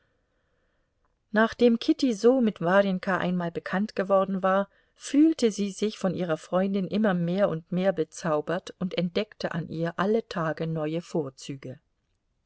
nachdem kitty so mit warjenka einmal bekannt geworden war fühlte sie sich von ihrer freundin immer mehr und mehr bezaubert und entdeckte an ihr alle tage neue vorzüge